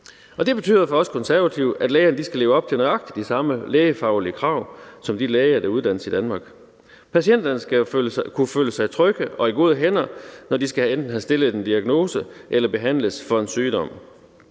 Det betyder for os Konservative, at udenlandske læger skal leve op til nøjagtig de samme lægefaglige krav som de læger, der uddannes i Danmark. Patienterne skal kunne føle sig trygge og i gode hænder, når de enten skal have stillet en diagnose eller behandles for en sygdom.